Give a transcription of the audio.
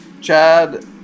Chad